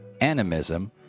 animism